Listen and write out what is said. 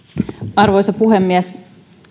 arvoisa puhemies